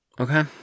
Okay